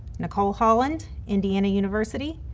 nicole holland, indiana university,